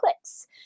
clicks